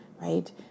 right